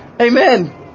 Amen